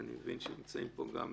אני מבין שנמצאים פה גם